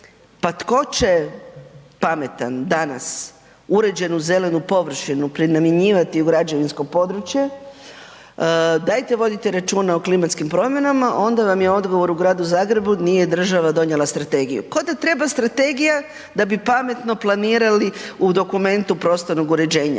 pa tko će pametan danas, uređenu zelenu površinu prenamjenjivati u građevinsko područje, dajte vodite računa o klimatskim promjenama onda vam je odgovor u Gradu Zagrebu, nije država donijela strategiju. Ko da treba strategija da bi pametno planirali u dokumentu prostornog uređenja.